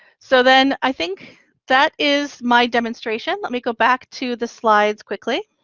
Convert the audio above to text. so then i think that is my demonstration. let me go back to the slides quickly